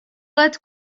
let